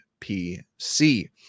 PC